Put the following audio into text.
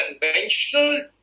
conventional